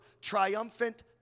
triumphant